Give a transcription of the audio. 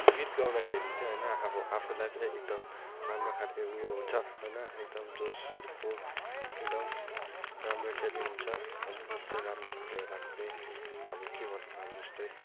गीत गाउँदाखेरि चाहिँ होइन अब आफूलाई चाहिँ एकदम राम्रै खालके उयो हुन्छ होइन एकदम जोस अर्को एकदम राम्रोखेरि हुन्छ होइन जस्तै राम्रो खाले लाग्ने अब के भन्नु अब जस्तै